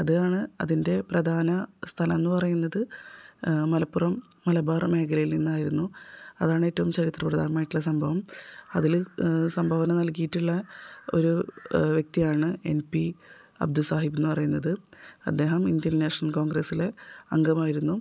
അതാണ് അതിൻ്റെ പ്രധാന സ്ഥലമെന്ന് പറയുന്നത് മലപ്പുറം മലബാർ മേഖലയിൽ നിന്നായിരുന്നു അതാണ് ഏറ്റവും ചരിത്രപ്രധാനമായിട്ടുള്ള സംഭവം അതിൽ സംഭാവന നൽകിയിട്ടുള്ള ഒരു വ്യക്തിയാണ് എൻ പീ അബ്ദു സാഹിബ് എന്ന് പറയുന്നത് അദ്ദേഹം ഇന്ത്യൻ നാഷണൽ കോൺഗ്രസ്സിലെ അങ്കമായിരുന്നു